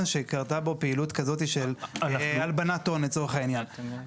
שקרתה בו פעילות כזאת של הלבנת הון לצורך בעניין.